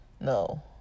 no